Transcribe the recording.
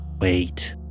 Wait